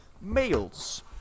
males